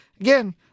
Again